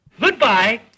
Goodbye